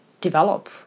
develop